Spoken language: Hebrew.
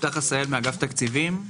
יפתח עשהאל, אגף תקציבים.